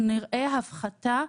מנהלת המנהל הפדגוגי,